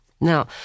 Now